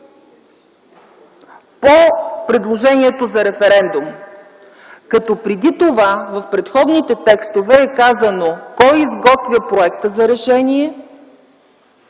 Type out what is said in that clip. по предложението за референдум”. Преди това, в предходните текстове е казано кой изготвя проекта за решение,